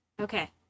Okay